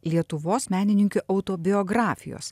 lietuvos menininkių autobiografijos